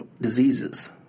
diseases